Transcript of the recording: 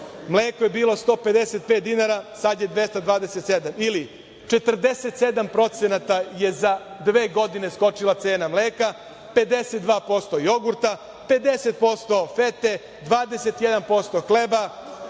mleko je bilo 155 dinara, sad je 227, ili 47% je za dve godine skočila cena mleka, 52% jogurta, 50% fete, 21% hleba,